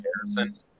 comparison